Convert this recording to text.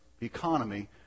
economy